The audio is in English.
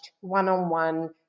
one-on-one